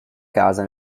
casa